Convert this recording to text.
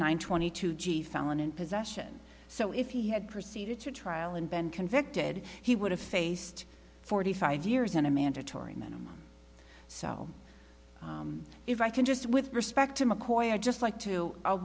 twenty two g felon in possession so if he had proceeded to trial and been convicted he would have faced forty five years and a mandatory minimum so if i can just with respect to mccoy i'd just like to